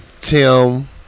Tim